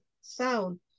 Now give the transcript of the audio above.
sound